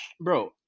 Bro